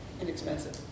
Inexpensive